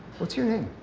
what's your name?